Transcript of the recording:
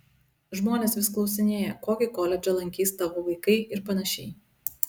žmonės vis klausinėja kokį koledžą lankys tavo vaikai ir panašiai